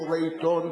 קורא עיתון,